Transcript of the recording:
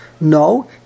No